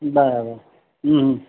બરાબર હમ્મ